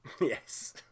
yes